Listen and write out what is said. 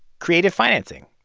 creative financing.